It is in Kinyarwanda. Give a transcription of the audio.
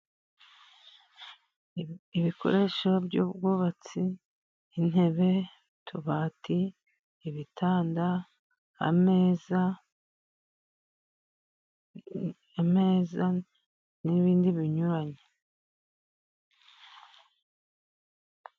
Ibikoresho by'ubwubatsi intebe, utubati, ibitanda, ameza n'ibindi binyuranye.